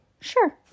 sure